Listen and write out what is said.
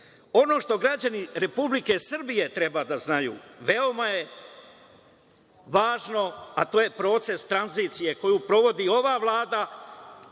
što građani Republike Srbije treba da znaju, veoma je važno, a to je proces tranzicije koju sprovodi ova Vlada